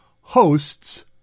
hosts